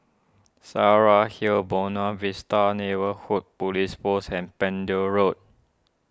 Saraca Hill Buona Vista Neighbourhood Police Post and Pender Road